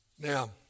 Now